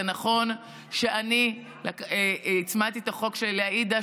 זה נכון שאני הצמדתי את החוק לעאידה,